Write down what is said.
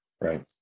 Right